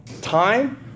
time